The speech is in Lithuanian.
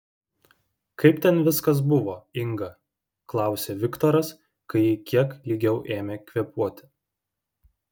kaip ten viskas buvo inga klausė viktoras kai ji kiek lygiau ėmė kvėpuoti